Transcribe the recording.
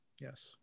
Yes